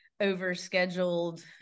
over-scheduled